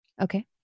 Okay